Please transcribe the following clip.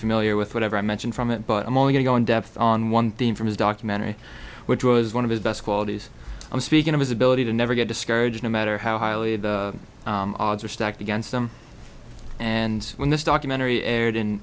familiar with whatever i mention from it but i'm only going on depth on one theme from his documentary which was one of his best qualities i'm speaking of his ability to never get discouraged no matter how highly the odds are stacked against them and when this documentary aired in